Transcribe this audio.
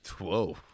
Whoa